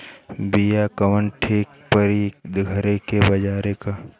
बिया कवन ठीक परी घरे क की बजारे क?